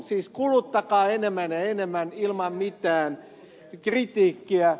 siis kuluttakaa enemmän ja enemmän ilman mitään kritiikkiä